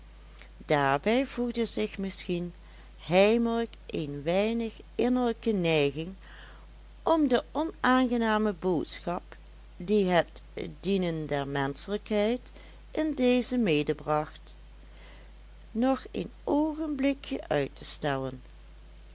daarbij voegde zich misschien heimelijk een weinig innerlijke neiging om de onaangename boodschap die het dienen der menschlijkheid in dezen medebracht nog een oogenblikje uit te stellen